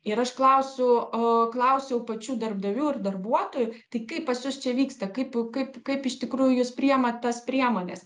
ir aš klausiu o klausiau pačių darbdavių ir darbuotojų tai kaip pas jus čia vyksta kaip kaip kaip iš tikrųjų jūs priima tas priemones